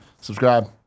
Subscribe